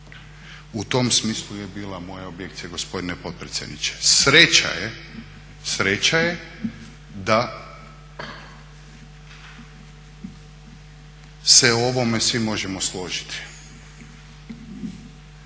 U tom smislu je bila moja objekcija gospodine potpredsjedniče. Sreća je da se o ovome svi možemo složiti.